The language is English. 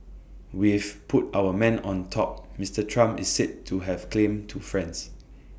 we've put our man on top Mister Trump is said to have claimed to friends